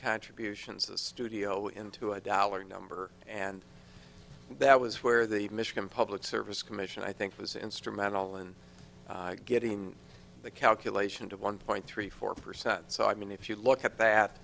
contributions a studio into a dollar number and that was where the michigan public service commission i think was instrumental in getting the calculation to one point three four percent so i mean if you look at that